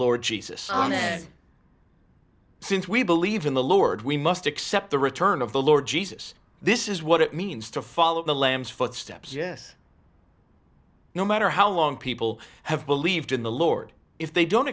lord jesus on it since we believe in the lord we must accept the return of the lord jesus this is what it means to follow the lamb's footsteps yes no matter how long people have believed in the lord if they don't